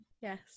yes